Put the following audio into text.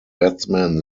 batsmen